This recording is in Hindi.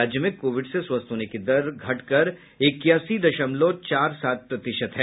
राज्य में कोविड से स्वस्थ होने की दर घटकर इक्यासी दशमलव चार सात प्रतिशत है